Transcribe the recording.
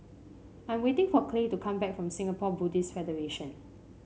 I'm waiting for Clay to come back from Singapore Buddhist Federation